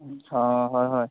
অঁ হয় হয়